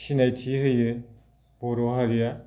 सिनायथि होयो बर' हारिया